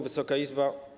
Wysoka Izbo!